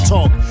Talk